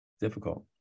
difficult